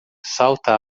salta